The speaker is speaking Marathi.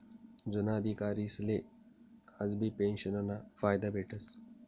जुना अधिकारीसले आजबी पेंशनना फायदा भेटस